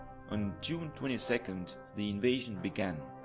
on june twenty second the invasion began.